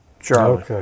Charlie